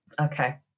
Okay